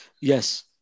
yes